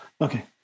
Okay